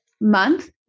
month